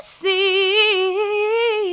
see